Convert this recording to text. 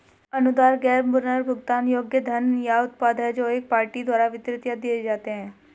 अनुदान गैर पुनर्भुगतान योग्य धन या उत्पाद हैं जो एक पार्टी द्वारा वितरित या दिए जाते हैं